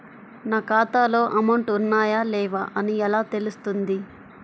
నా ఖాతాలో అమౌంట్ ఉన్నాయా లేవా అని ఎలా తెలుస్తుంది?